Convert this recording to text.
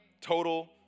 Total